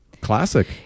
Classic